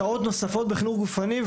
קיבלו שעות נוספות בחינוך גופני.